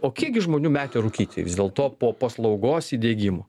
o kiekgi žmonių metę rūkyti vis dėl to po paslaugos įdiegimo